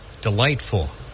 delightful